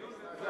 אם אתה